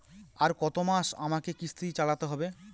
আর কতমাস আমাকে কিস্তি চালাতে হবে?